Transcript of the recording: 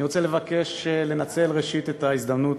אני רוצה, ראשית, לבקש לנצל את ההזדמנות